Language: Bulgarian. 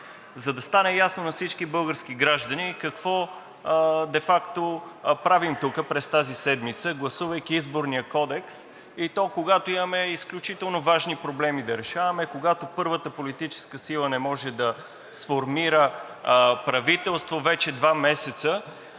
за да стане ясно на всички български граждани какво де факто правим тук през тази седмица, гласувайки Изборния кодекс, и то когато имаме изключително важни проблеми да решаваме, когато първата политическа сила не може да сформира правителство вече два месеца.